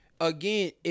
again